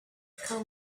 call